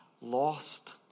lost